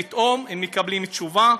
ופתאום הם מקבלים תשובה: